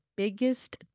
Biggest